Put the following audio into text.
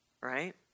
right